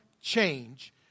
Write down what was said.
change